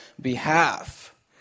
behalf